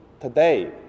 today